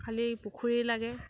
খালী পুখুৰী লাগে